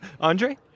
Andre